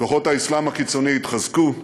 כוחות האסלאם הקיצוני התחזקו.